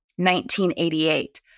1988